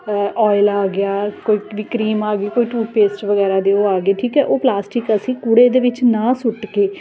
oil ਆ ਗਿਆ ਕੋਈ ਵੀ ਕਰੀਮ ਆ ਗਈ ਕੋਈ ਟੂਥਪੇਸਟ ਵਗੈਰਾ ਦੇ ਉਹ ਆ ਗਏ ਠੀਕ ਹੈ ਉਹ ਪਲਾਸਟਿਕ ਅਸੀਂ ਕੂੜੇ ਦੇ ਵਿੱਚ ਨਾ ਸੁੱਟ ਕੇ